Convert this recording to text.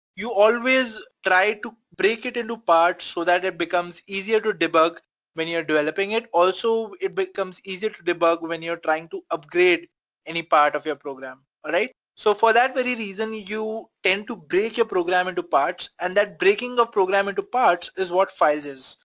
you always try to break it into parts so that it becomes easier to debug when you're developing it. also, it becomes easier to debug when you're trying to upgrade any part of your program, alright? so for that very reason, and you you tend to break your program into parts, and that breaking of program into parts is what files is,